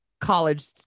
college